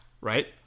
right